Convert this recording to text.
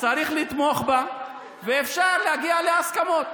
שצריך לתמוך בה, ושאפשר להגיע להסכמות.